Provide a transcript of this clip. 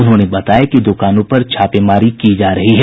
उन्होंने बताया कि दुकानों पर छापेमारी की जा रही है